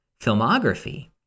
filmography